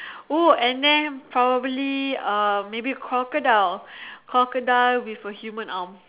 oh and then probably uh maybe crocodile crocodile with a human arm